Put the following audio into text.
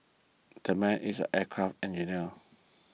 that man is an aircraft engineer